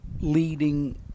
leading